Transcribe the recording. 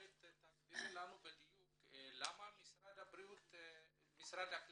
לנו בדיוק למה משרד הקליטה,